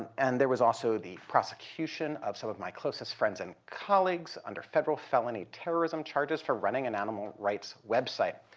and there was also the prosecution of some of my closest friends and colleagues under federal felony terrorism charges for running an animal rights website.